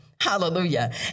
Hallelujah